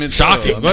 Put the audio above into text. shocking